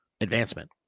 advancement